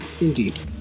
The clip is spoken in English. Indeed